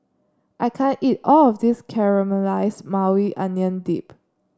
I can't eat all of this Caramelized Maui Onion Dip